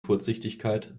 kurzsichtigkeit